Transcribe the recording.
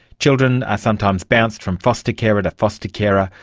children are sometimes bounced from foster carer to foster carer,